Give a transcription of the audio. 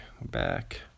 back